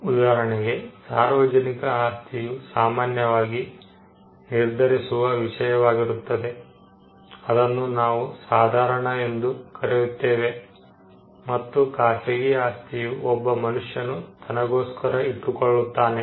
ಉದಾಹರಣೆಗೆ ಸಾರ್ವಜನಿಕ ಆಸ್ತಿಯು ಸಾಮಾನ್ಯವಾಗಿ ನಿರ್ಧರಿಸುವ ವಿಷಯವಾಗಿರುತ್ತದೆ ಅದನ್ನು ನಾವು ಸಾಧಾರಣ ಎಂದು ಕರೆಯುತ್ತೇವೆ ಮತ್ತು ಖಾಸಗಿ ಆಸ್ತಿಯು ಒಬ್ಬ ಮನುಷ್ಯನು ತನಗೋಸ್ಕರ ಇಟ್ಟುಕೊಳ್ಳುತ್ತಾನೆ